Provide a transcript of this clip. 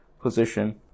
position